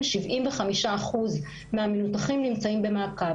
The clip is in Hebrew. הראשונה: 75 אחוז מהמנותחים נמצאים במעקב.